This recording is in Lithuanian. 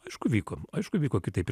aišku vyko aišku vyko kitaip ir